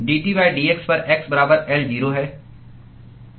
dT dx पर x बराबर L 0 है